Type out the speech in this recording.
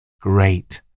great